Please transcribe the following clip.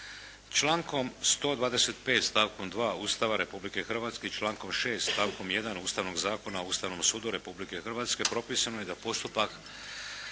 Člankom 125. stavkom 2. Ustava Republike Hrvatske i člankom 6. stavkom 1. Ustavnog zakona o Ustavnom sudu Republike Hrvatske, propisano je da postupak